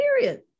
period